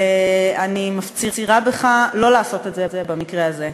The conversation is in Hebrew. ואני מפצירה בך לא לעשות את זה במקרה הזה.